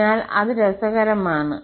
അതിനാൽ അത് രസകരമാണ്